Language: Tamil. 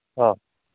ஆ